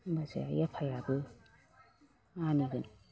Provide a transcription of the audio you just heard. होनबासो आइ आफायाबो मानिगोन